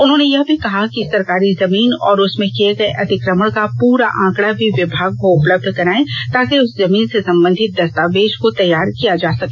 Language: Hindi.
उन्होंने यह भी कहा है कि सरकारी जमीन और उसमें किए गए अतिक्रमण का पूरा आंकड़ा भी विभाग को उपलब्ध कराए ताकि उस जमीन से संबंधित दस्तावेज को तैयार किया जा सके